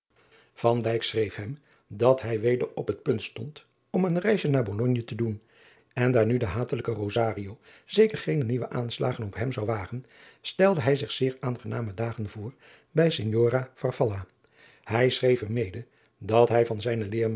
schreef hem dat hij weder op het punt driaan oosjes zn et leven van aurits ijnslager stond om een reisje naar ologne te doen en daar nu de hatelijke zeker geene nieuwe aanslagen op hem zou wagen stelde hij zich zeer aangename dagen voor bij ignora ij schreef hem mede dat hij van zijnen